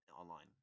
online